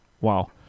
Wow